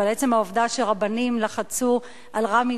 אבל עצם העובדה שרבנים לחצו על רמי